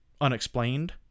unexplained